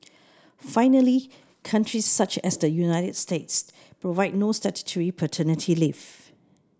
finally countries such as the United States provide no statutory paternity leave